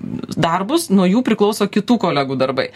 darbus nuo jų priklauso kitų kolegų darbai